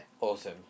Awesome